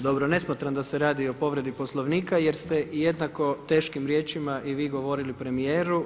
Dobro ne smatram da se radi o povredi Poslovnika jer ste jednako teškim riječima i vi govorili premijeru.